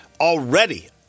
already